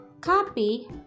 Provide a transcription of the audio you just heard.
copy